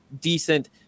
decent